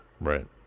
Right